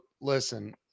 listen